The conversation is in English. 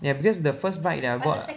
ya bacause the first bike that I bought